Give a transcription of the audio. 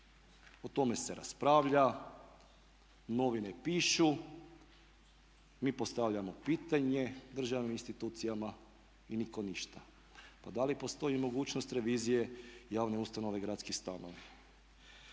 O tome se raspravlja, novine pišu, mi postavljamo pitanje državnim institucijama i nitko ništa. Pa da li postoji mogućnost revizije javne ustanove Gradski stanovi?